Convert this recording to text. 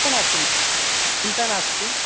चिन्ता नास्ति मम चिन्ता नास्ति